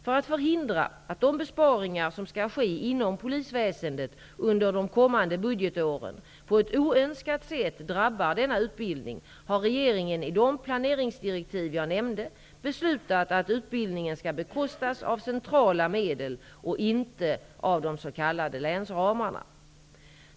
För att förhindra att de besparingar som skall ske inom polisväsendet under de kommande budgetåren på ett oönskat sätt drabbar denna utbildning har regeringen i de planeringsdirektiv jag nämnde beslutat att utbildningen skall bekostas av centrala medel och inte av de s.k. länsramarna.